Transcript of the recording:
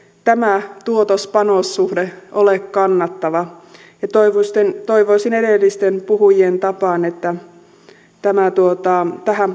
tämä tuotos panos suhde ole kannattava ja toivoisin edellisten puhujien tapaan että tähän